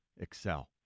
excel